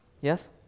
Yes